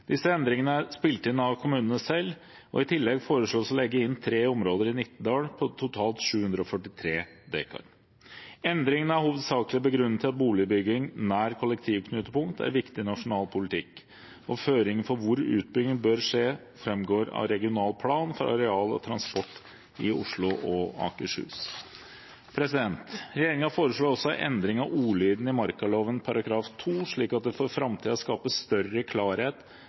Disse endringene er spilt inn av kommunene selv. I tillegg foreslås det å legge inn tre områder i Nittedal på totalt 743 dekar. Endringene er hovedsakelig begrunnet i at boligbygging nær kollektivknutepunkt er viktig nasjonal politikk, og føringene for hvor utbyggingen bør skje, framgår av regional plan for areal og transport i Oslo og Akershus. Regjeringen foreslår også endring av ordlyden i markaloven § 2, slik at det for framtiden skapes større klarhet